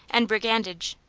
and brigandage,